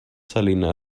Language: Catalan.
salina